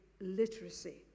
literacy